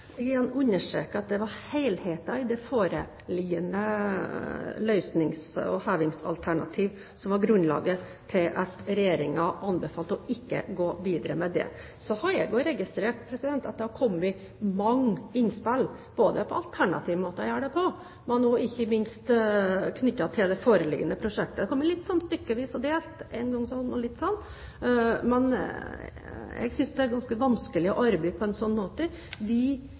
Jeg understreker igjen at det var helheten i det foreliggende løsnings- og hevingsalternativet som var grunnlaget for at regjeringen anbefalte ikke å gå videre med dette. Så har jeg også registrert at det har kommet mange innspill, både til alternative måter å gjøre det på og ikke minst knyttet til det foreliggende prosjektet. Det har kommet litt stykkevis og delt, litt slik og litt slik. Jeg synes det er ganske vanskelig å arbeide på en slik måte.